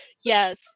Yes